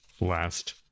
last